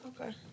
Okay